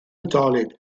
nadolig